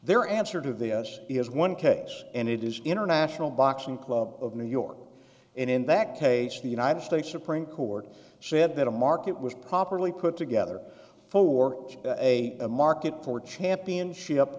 their answer to the us is one case and it is international boxing club of new york and in that case the united states supreme court said that a market was properly put together for a market for championship